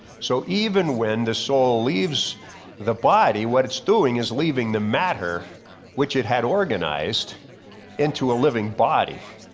so even when the soul leaves the body, what it's doing is leaving the matter which it had organized into a living body.